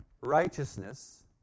righteousness